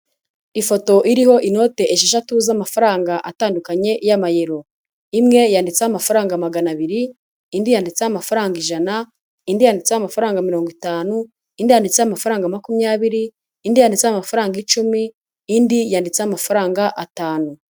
Ifoto iriho inote esheshatu z'amafaranga atandukanye y'amayero, imwe yanditseho amafaranga magana abiri, indi yanditseho amafaranga ijana, indi yanditseho amafaranga mirongo itanu, indi yanditseho amafaranga makumyabiri, indi yanditseho amafaranga icumi, indi yanditseho amafaranga atanu.